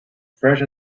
fresh